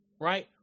right